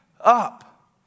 up